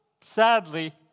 sadly